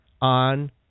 on